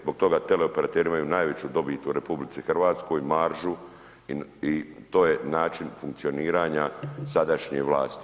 Zbog toga teleoperateri imaju najveću dobit u RH, maržu i to je način funkcioniranja sadašnje vlasti.